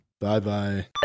bye-bye